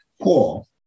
Paul